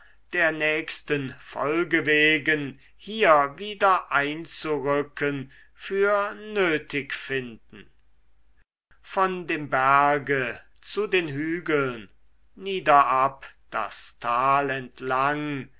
der nächsten folge wegen hier wieder einzurücken für nötig finden von dem berge zu den hügeln niederab das tal entlang